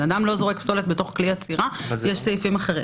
בשביל זה יש סעיפים אחרים.